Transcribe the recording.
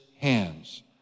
hands